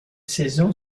saison